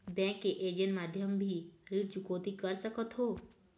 Bank के agent माध्यम भी ऋण चुकौती कर सकथों?